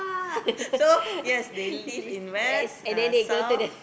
so yes they lived in west uh south